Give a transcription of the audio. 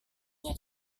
nya